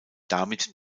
damit